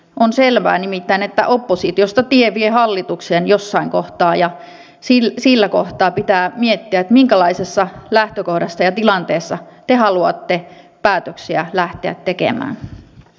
on nimittäin selvää että oppositiosta tie vie hallitukseen jossain kohtaa ja siinä kohtaa pitää miettiä minkälaisesta lähtökohdasta ja tilanteesta te haluatte päätöksiä lähteä tekemään